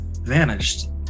Vanished